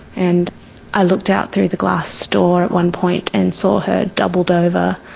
and i looked out through the glass door at one point and saw her doubled over,